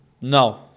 No